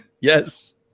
Yes